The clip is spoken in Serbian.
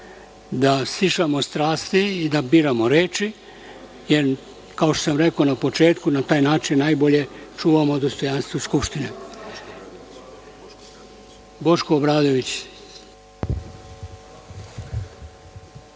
da stišamo strasti i da biramo reči, jer kao što sam rekao na početku, na taj način najbolje čuvamo dostojanstvo Skupštine. Reč ima narodni